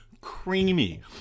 creamy